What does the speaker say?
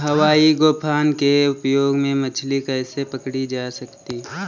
हवाई गोफन के उपयोग से मछली कैसे पकड़ी जा सकती है?